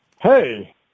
Hey